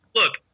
look